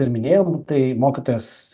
ir minėjau tai mokytojas